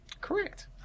Correct